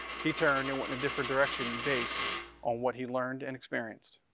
he turned and went in a different direction based on what he learned and experienced.